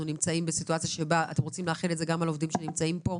רוצים להחיל את זה גם על עובדים שנמצאים פה?